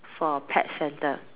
for pet centre